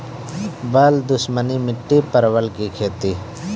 बल दुश्मनी मिट्टी परवल की खेती?